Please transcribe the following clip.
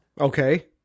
okay